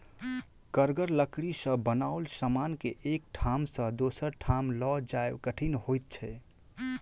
कड़गर लकड़ी सॅ बनाओल समान के एक ठाम सॅ दोसर ठाम ल जायब कठिन होइत छै